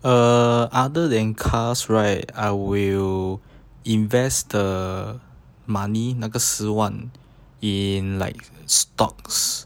uh other than cars right I will invest the money 那个十万 in like stocks